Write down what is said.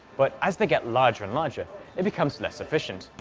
but as they get larger and larger it becomes less efficient.